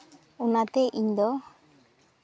ᱚᱱᱟᱛᱮ ᱤᱧᱫᱚ